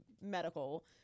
medical